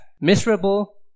miserable